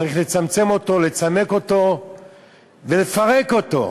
צריך לצמצם אותו, לצמק אותו ולפרק אותו.